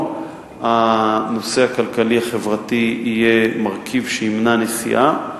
הנושא הכלכלי-חברתי יהיה מרכיב שימנע נסיעה.